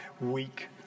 weak